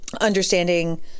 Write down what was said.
understanding